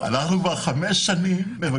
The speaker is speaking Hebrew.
כבר חמש שנים אנחנו מבקשים את החוק.